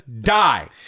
die